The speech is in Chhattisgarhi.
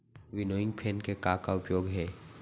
विनोइंग फैन के का का उपयोग हे?